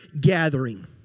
gathering